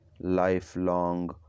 lifelong